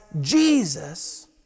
Jesus